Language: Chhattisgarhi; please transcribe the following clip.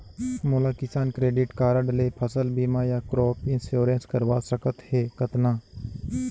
मोला किसान क्रेडिट कारड ले फसल बीमा या क्रॉप इंश्योरेंस करवा सकथ हे कतना?